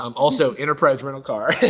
um also, enterprise rental car. i